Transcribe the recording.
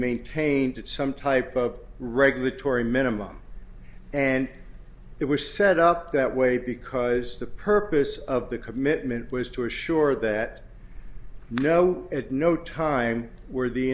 maintained at some type of regulatory minimum and it was set up that way because the purpose of the commitment was to assure that no at no time were the